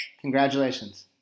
Congratulations